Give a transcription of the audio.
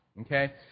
Okay